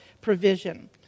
provision